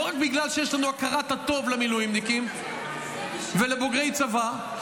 לא רק בגלל שיש לנו הכרת הטוב למילואימניקים ולבוגרי צבא,